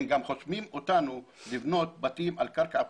הם גם חוסמים אותנו לבנות בתים על קרקע פרטית,